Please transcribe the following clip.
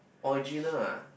original ah